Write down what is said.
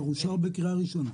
זה כבר אושר בקריאה ראשונה.